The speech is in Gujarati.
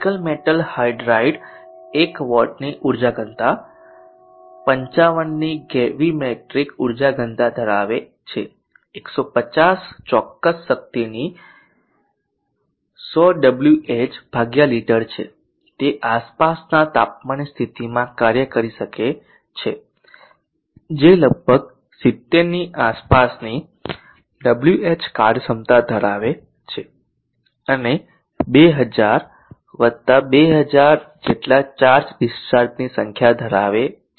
નિકલ મેટલ હાઇડ્રાઇડ એક વોટની ઉર્જા ઘનતા 55 ની ગ્રેવીમેટ્રિક ઉર્જા ઘનતા ધરાવે છે 150 ચોક્કસ શક્તિની 100 ડબલ્યુએચ લિટર છે તે આસપાસના તાપમાનની સ્થિતિમાં કાર્ય કરી શકે છે જે લગભગ 70 ની આસપાસની Wh કાર્યક્ષમતા ધરાવે છે અને 2000 જેટલા ચાર્જ ડિસ્ચાર્જ ચક્રની સંખ્યા ધરાવે છે